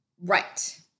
Right